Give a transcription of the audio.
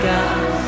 God